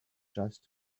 just